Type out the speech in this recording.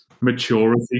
maturity